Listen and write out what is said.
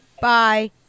bye